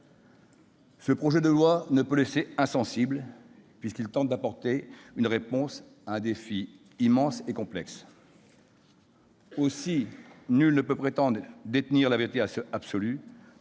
Ce projet de loi ne peut laisser insensible, puisqu'il tente d'apporter une réponse à un défi immense et complexe. Aussi, nul ne peut prétendre détenir la vérité absolue,